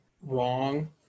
wrong